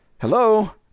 hello